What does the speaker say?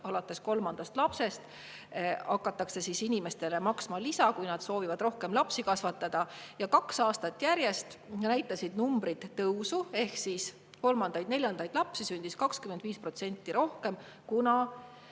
alates kolmandast lapsest oli makstud inimestele lisa, kui nad soovisid rohkem lapsi kasvatada. Kaks aastat järjest näitasid numbrid tõusu ehk kolmandaid-neljandaid lapsi sündis 25% rohkem, kuna